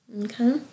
Okay